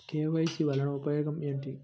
KYC వలన ఉపయోగం ఏమిటీ?